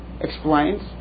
explains